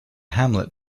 hamlet